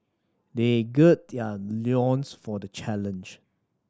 they gird their loins for the challenge